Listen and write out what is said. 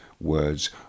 words